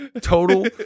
total